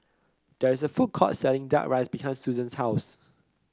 there is a food court selling duck rice behind Suzann's house